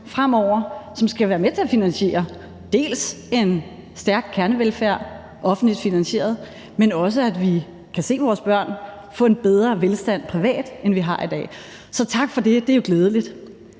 fremover, som skal være med til at finansiere dels en stærk kernevelfærd, som er offentligt finansieret, dels at vi kan se vores børn få en bedre velstand privat, end vi har i dag. Så tak for det, og det er jo glædeligt.